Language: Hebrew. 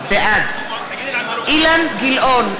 בעד אילן גילאון,